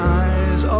eyes